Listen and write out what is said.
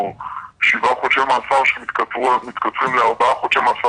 או שבעה חודשי מאסר שמתקצרים לארבעה חודשי מאסר,